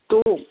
तो